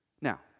Now